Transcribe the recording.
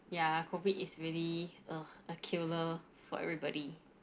ya COVID is really !ugh! a killer for everybody